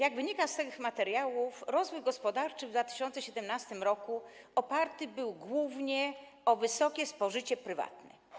Jak wynika z tych materiałów, rozwój gospodarczy w 2017 r. oparty był głównie na wysokim spożyciu prywatnym.